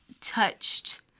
touched